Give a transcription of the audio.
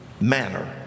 manner